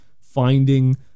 finding